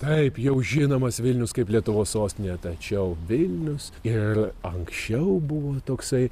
taip jau žinomas vilnius kaip lietuvos sostinė tačiau vilnius ir anksčiau buvo toksai